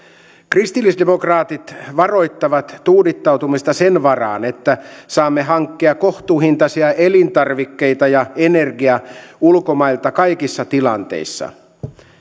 kristillisdemokraatit varoittavat tuudittautumasta sen varaan että saamme hankkia kohtuuhintaisia elintarvikkeita ja energiaa ulkomailta kaikissa tilanteissa